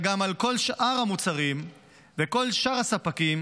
גם על כל שאר המוצרים וכל שאר הספקים,